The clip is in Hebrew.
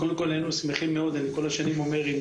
קודם כל היינו שמחים מאוד אני כל השנים אומר אם